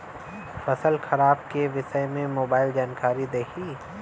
फसल खराब के विषय में मोबाइल जानकारी देही